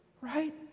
right